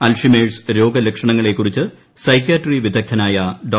Alzheimer's രോഗലക്ഷണങ്ങളെ കുറിച്ച് psychiatry വിദഗ്ധനായ ഡോ